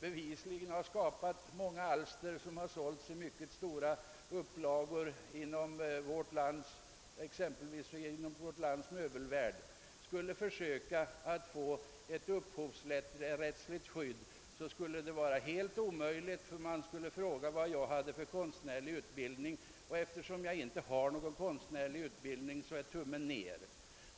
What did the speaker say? bevisligen har skapat många alster som sålts i mycket stora upplagor exempelvis inom vårt lands möbelvärld, försökte få ett upphovsrättsligt skydd, så skulle detta vara helt omöjligt. Man skulle nämligen fråga vad jag har för konstnärlig utbildning, och eftersom jag inte har någon sådan utbildning skulle det bli tummen ner.